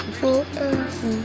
forever